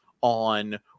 on